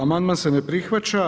Amandman se ne prihvaća.